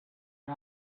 and